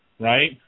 right